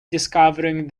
discovering